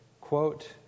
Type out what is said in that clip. quote